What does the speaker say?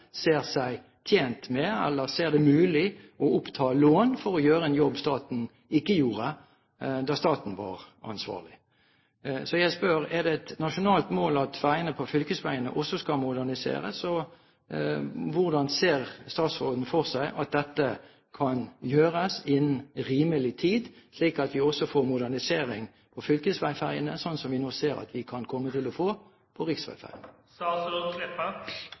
ser seg tjent med, eller ser det som mulig, å oppta lån for å gjøre en jobb staten ikke gjorde da staten var ansvarlig. Så jeg spør: Er det et nasjonalt mål at ferjene på fylkesveiene også skal moderniseres? Og hvordan ser statsråden for seg at dette kan gjøres innen rimelig tid, slik at vi også får modernisering på fylkesveiferjene, slik som vi nå ser at vi kan komme til å få på